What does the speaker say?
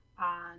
on